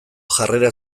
jarrera